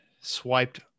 swiped